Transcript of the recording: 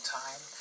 time